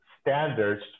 standards